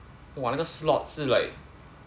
!wah! 那个 slot 是 like